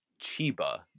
chiba